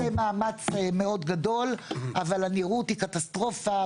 -- אנחנו עושים מאמץ מאוד גדול אבל הנראות היא קטסטרופלית,